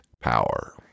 power